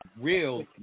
Real